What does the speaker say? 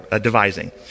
devising